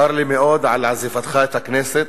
צר לי מאוד על עזיבתך את הכנסת,